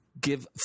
give